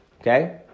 Okay